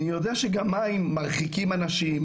אני יודע שגם מים מרחיקים אנשים,